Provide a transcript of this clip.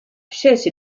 scelse